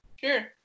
Sure